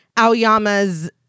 aoyama's